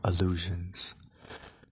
illusions